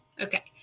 Okay